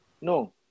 No